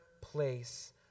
place